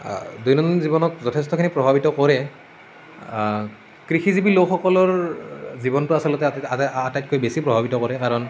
দৈনন্দিন জীৱনত যথেষ্টখিনি প্ৰভাৱিত কৰে কৃষিজীৱী লোকসকলৰ জীৱনটো আচলতে আটাইতকৈ বেছি প্ৰভাৱিত কৰে কাৰণ